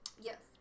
Yes